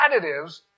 additives